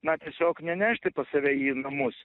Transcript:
na tiesiog nenešti pas save į namus